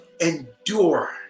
endure